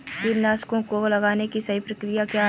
कीटनाशकों को लगाने की सही प्रक्रिया क्या है?